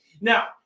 now